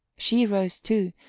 she rose too,